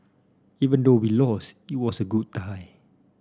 even though we lost it was a good tie